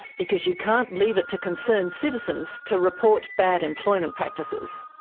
because you can't leave it to concerned citizens to report bad employment practices.